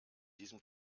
diesem